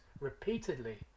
repeatedly